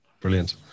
brilliant